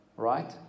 Right